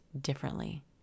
differently